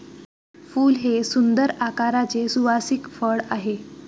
फूल हे सुंदर आकाराचे सुवासिक फळ आहे